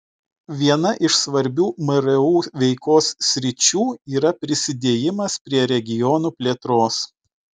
viena iš svarbių mru veikos sričių yra prisidėjimas prie regionų plėtros